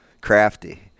crafty